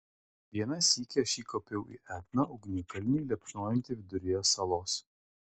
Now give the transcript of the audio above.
vieną sykį aš įkopiau į etną ugnikalnį liepsnojantį viduryje salos